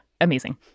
Amazing